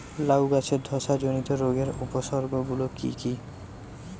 লাউ গাছের ধসা জনিত রোগের উপসর্গ গুলো কি কি?